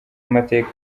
amateka